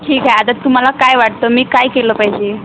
ठीक आहे आता तुम्हाला काय वाटतं मी काय केलं पाहिजे